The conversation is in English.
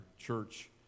church